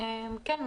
כן.